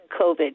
COVID